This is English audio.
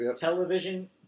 Television